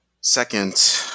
second